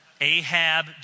Ahab